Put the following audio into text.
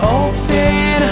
open